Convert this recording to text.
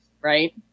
right